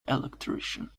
electrician